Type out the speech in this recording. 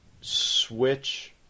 switch